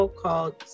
called